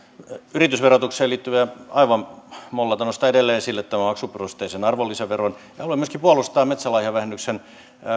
yritysverotukseen liittyviä asioita aivan mollata nostan edelleen esille tämän maksuperusteisen arvonlisäveron ja haluan myöskin puolustaa metsälahjavähennyksen